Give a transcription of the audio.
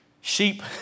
Sheep